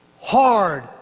hard